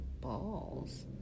balls